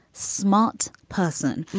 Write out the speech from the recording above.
smart person.